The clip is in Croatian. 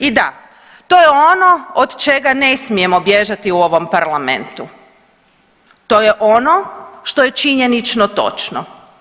I da, to je ono od čega ne smijemo bježati u ovom Parlamentu, to je ono što je činjenično točno.